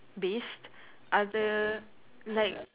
based other like